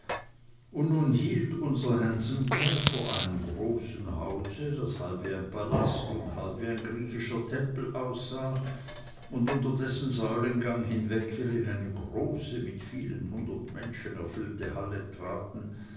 und nun hielt unser hansom cab vor einem großen hause das halb wie ein palast und halb wie ein griechischer tempel aussah und unter dessen säulengang hinweg wir in eine große mit vielen hundert menschen erfüllte halle traten